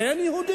הוא כן יהודי?